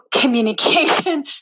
communication